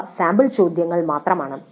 ഇവ സാമ്പിൾ ചോദ്യങ്ങൾ മാത്രമാണ്